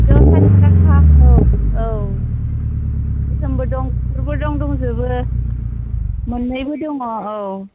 दुइस' साइत थाखा गाहाम औ औ गोसोमबो दं गुफुरबो दं दंजोबो मोननैबो दङ औ